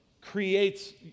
creates